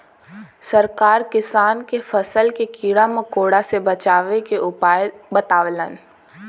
सरकार किसान के फसल के कीड़ा मकोड़ा से बचावे के उपाय बतावलन